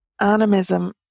animism